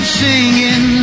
singing